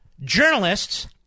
journalists